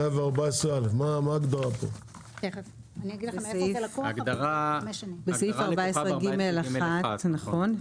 ההגדרה לקוחה מסעיף 14ג1. נכון,